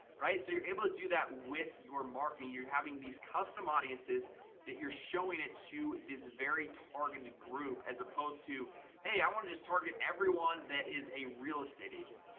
right? so you're able to do that with your marketing you're having these custom audiences that you're showing it to this very targeted group as opposed to hey, i want to just target everyone that is real estate agent,